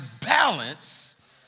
balance